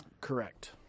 Correct